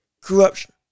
corruption